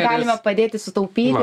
galime padėti sutaupyti